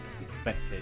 expected